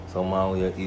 Somalia